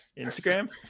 Instagram